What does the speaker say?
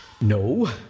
No